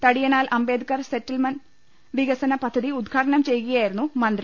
തടി യനാൽ അംബേദ്ക്കർ സെറ്റിൽമെന്റ് വികസന പദ്ധതി ഉദ്ഘാ ടനം ചെയ്യുകയായിരുന്നു മന്ത്രി